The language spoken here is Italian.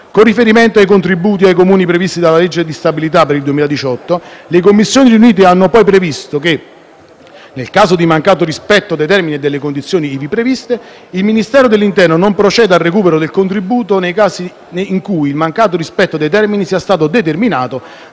Con riferimento ai contributi ai Comuni previsti dalla legge di stabilità per il 2018, le Commissioni riunite hanno poi previsto che, nel caso di mancato rispetto dei termini e delle condizioni ivi previste, il Ministero dell'interno non proceda al recupero del contributo nei casi in cui il mancato rispetto dei termini sia stato determinato